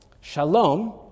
shalom